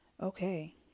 Okay